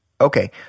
Okay